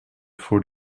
voor